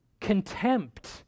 contempt